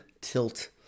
tilt